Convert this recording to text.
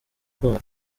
kwabo